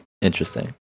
Interesting